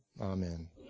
Amen